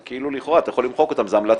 הם כאילו לכאורה, אתה יכול למחוק אותם, זה המלצות.